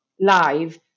live